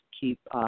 keep –